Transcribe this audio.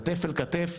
כתף אל כתף,